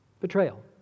Betrayal